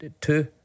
two